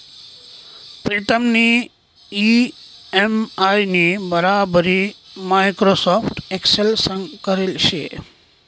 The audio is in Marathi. प्रीतमनी इ.एम.आय नी बराबरी माइक्रोसॉफ्ट एक्सेल संग करेल शे